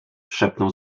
szepnął